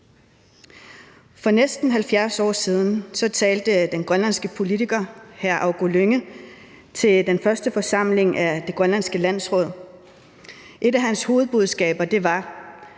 For næsten 70 år siden talte den grønlandske politiker hr. Augo Lynge til den første forsamling af det grønlandske landsråd. Et af hans hovedbudskaber var,